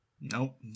Nope